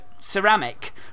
ceramic